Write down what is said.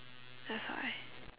that's why